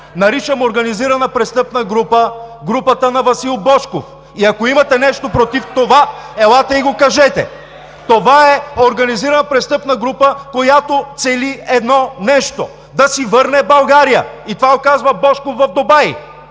Божков организирана престъпна група и ако имате нещо против това, елате и го кажете! Това е организирана престъпна група, която цели едно нещо – да си върне България, и това го казва Божков в Дубай.